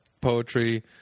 Poetry